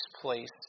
place